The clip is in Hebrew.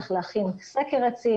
צריך להכין סקר עצים,